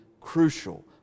crucial